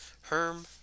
Herm